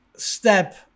step